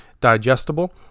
digestible